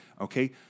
Okay